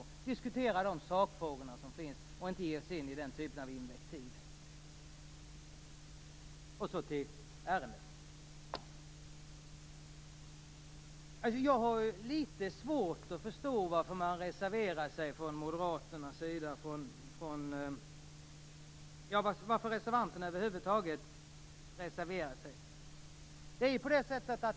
Vi skall diskutera de sakfrågor som finns och inte ge oss in på den typen av invektiv. Till ärendet. Jag har litet svårt att förstå varför reservanterna över huvud taget reserverar sig.